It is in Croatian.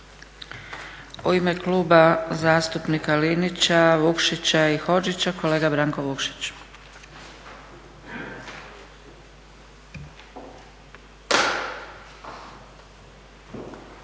U ime Kluba zastupnika Linića, Vukšića i Hodžića kolega Branko Vukšić.